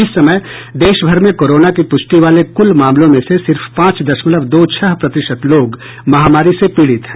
इस समय देशभर में कोरोना की प्रष्टि वाले कुल मामलों में से सिर्फ पांच दशमलव दो छह प्रतिशत लोग महामारी से पीड़ित हैं